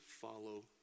follow